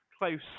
close